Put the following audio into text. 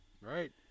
Right